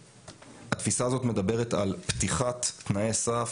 התפיסה הזאת מדברת על פתיחת תנאי סף.